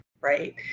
right